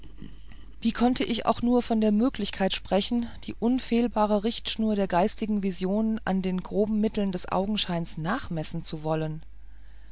wie konnte ich auch nur von der möglichkeit sprechen die unfehlbare richtschnur der geistigen vision an den groben mitteln des augenscheins nachmessen zu wollen